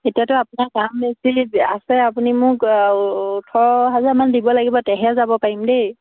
এতিয়াতো আপোনাৰ কাম বেছি আছে আপুনি মোক ওঠৰ হাজাৰমান দিব লাগিব তেহে যাব পাৰিম দেই